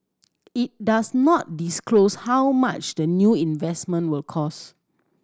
it does not disclose how much the new investment will cost